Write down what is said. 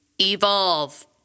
Evolve